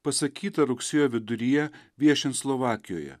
pasakytą rugsėjo viduryje viešint slovakijoje